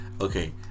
Okay